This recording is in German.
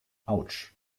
autsch